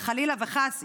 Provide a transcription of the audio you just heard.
חלילה וחס,